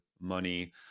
money